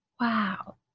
Wow